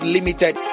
Limited